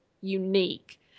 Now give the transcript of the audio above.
unique